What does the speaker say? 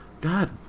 God